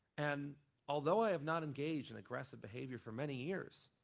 and although i have not engaged in aggressive behavior for many years,